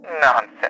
Nonsense